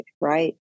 right